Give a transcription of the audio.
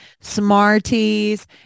smarties